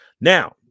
Now